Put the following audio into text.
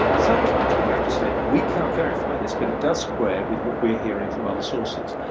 sometimes we have to say we cannot verify this, but it does square with what we're hearing from other sources.